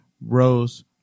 rose